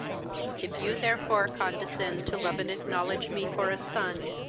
if you therefore condescend to love and acknowledge me for a son,